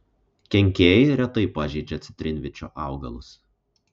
kenkėjai retai pažeidžia citrinvyčio augalus